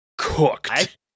Cooked